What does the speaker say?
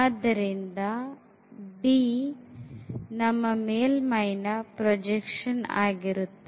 ಆದ್ದರಿಂದ D ನಮ್ಮ ಮೇಲ್ಮೈನ ಪ್ರೊಜೆಕ್ಷನ್ ಆಗಿರುತ್ತದೆ